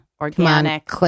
organic